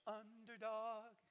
underdog